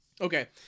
Okay